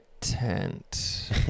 tent